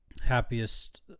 happiest